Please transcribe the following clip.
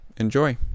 enjoy